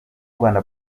rwanda